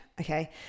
Okay